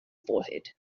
forehead